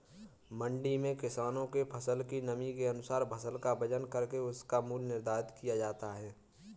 मंडी में किसानों के फसल की नमी के अनुसार फसल का वजन करके उसका मूल्य निर्धारित किया जाता है